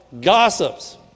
gossips